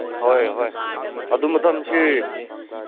ꯍꯣꯏ ꯍꯣꯏ ꯑꯗꯨ ꯃꯇꯝꯁꯤ